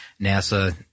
NASA